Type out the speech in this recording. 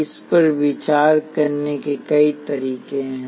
इस पर विचार करने के कई तरीके हैं